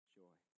joy